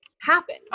happen